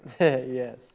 Yes